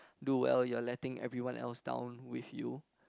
do well you are letting everyone else down with you